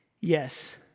yes